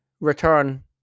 return